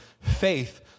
faith